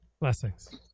Blessings